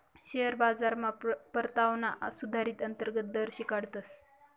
share बाजारमा परतावाना सुधारीत अंतर्गत दर शिकाडतस